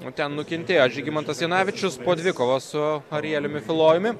o ten nukentėjo žygimantas janavičius po dvikovos su arieliumi filojumi